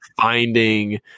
finding